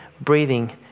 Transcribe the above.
breathing